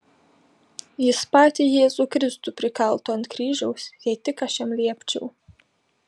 jis patį jėzų kristų prikaltų ant kryžiaus jei tik aš jam liepčiau